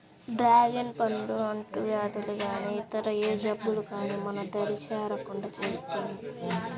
dragon పండు అంటువ్యాధులు గానీ ఇతర ఏ జబ్బులు గానీ మన దరి చేరకుండా చూస్తుంది